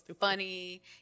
funny